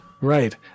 Right